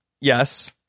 Yes